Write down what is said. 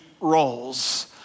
roles